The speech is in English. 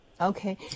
Okay